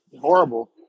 horrible